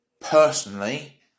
Personally